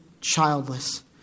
childless